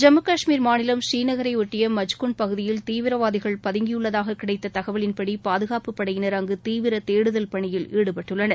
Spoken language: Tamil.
ஜம்மு கஷ்மீர் மாநிலம் ஸ்ரீநகரை ஒட்டிய மஜ்குண்ட் பகுதியில் தீவிரவாதிகள் பதங்கியுள்ளதாக கிடைத்த தகவலின்படி பாதுகாப்பு படையினர் அங்கு தீவிர தேடுதல் பணியில் ஈடுபட்டுள்ளனர்